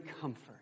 comfort